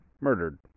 murdered